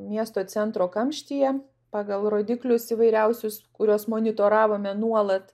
miesto centro kamštyje pagal rodiklius įvairiausius kuriuos monitoravimo nuolat